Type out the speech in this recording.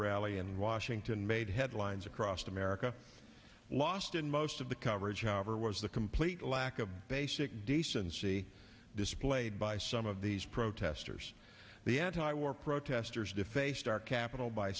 rally in washington made headlines across america lost in most of the coverage however was the complete lack of basic decency displayed by some of these protesters the anti war protesters defaced our capital by